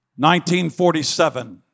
1947